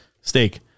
steak